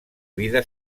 vida